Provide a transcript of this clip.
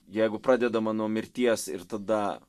jeigu pradedama nuo mirties ir tada